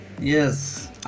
Yes